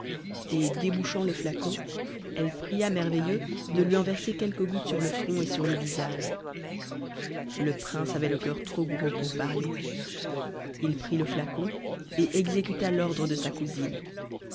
et débouchant le flacon elle pria merveilleux de lui en verser quelques gouttes sur le front et sur te visage le prince avait le coeur trop gros pour parler il prit le flacon et exécuta l'ordre de sa cousine